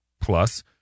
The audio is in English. plus